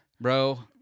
bro